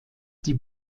die